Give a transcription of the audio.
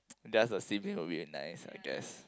there's a sibling will be a nice I guess